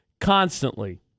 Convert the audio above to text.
constantly